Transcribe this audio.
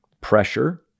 pressure